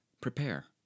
prepare